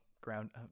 ground